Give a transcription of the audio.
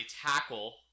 tackle